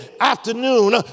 afternoon